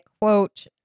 quote